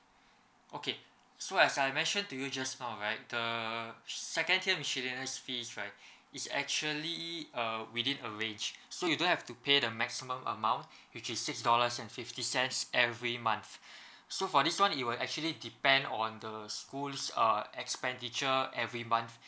okay so as I mentioned to you just now right the second tier miscellaneous fees right is actually uh within a range so you don't have to pay the maximum amount which is six dollars and fifty cents every month so for this one it will actually depend on the schools uh expenditure every month